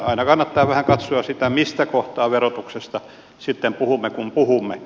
aina kannattaa vähän katsoa sitä mistä kohtaa verotuksesta sitten puhumme kun puhumme